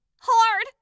Hard